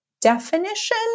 definition